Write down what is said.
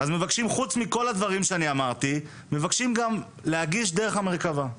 מבקשים חוץ מכל הדברים שאמרתי גם להגיש דרך המרכב"ה.